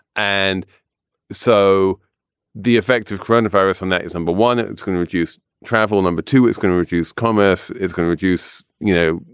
and so the effects of coronavirus on that is number one. it's going to reduce travel. number two, it's going to reduce commerce is going to reduce, you know,